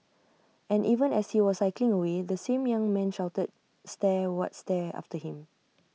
and even as he was cycling away the same young man shouted stare what stare after him